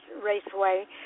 Raceway